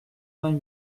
vingt